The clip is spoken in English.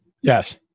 Yes